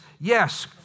yes